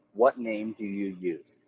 what name do you use?